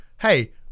hey